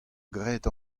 graet